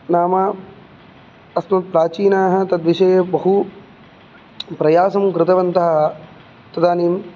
नाम अस्मद्प्राचीनाः तद्विषये बहु प्रयासं कृतवन्तः तदानीं